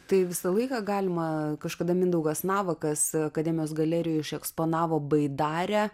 tai visą laiką galima kažkada mindaugas navakas akademijos galerijoj išeksponavo baidarę